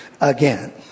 again